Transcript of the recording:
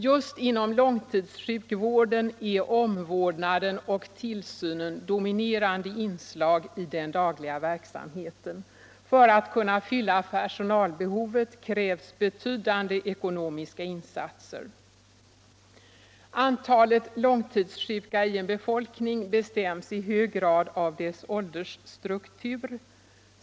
Just inom långtidssjukvården är omvårdnaden och tillsynen dominerande inslag i den dagliga verksamheten. För att kunna fylla personalbehovet krävs betydande ekonomiska insatser. Antalet långtidssjuka i en befolkning bestäms i hög grad av dess åldersstruktur.